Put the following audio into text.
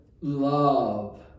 love